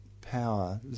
power